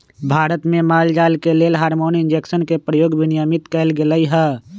भारत में माल जाल के लेल हार्मोन इंजेक्शन के प्रयोग विनियमित कएल गेलई ह